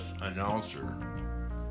announcer